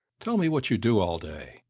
tell me what you do all day,